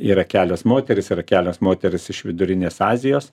yra kelios moterys yra kelios moterys iš vidurinės azijos